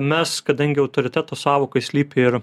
mes kadangi autoriteto sąvokoj slypi ir